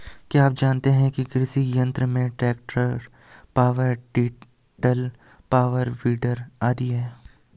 क्या आप जानते है कृषि यंत्र में tractor, power tiller, power weeder आदि है?